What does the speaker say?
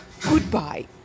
goodbye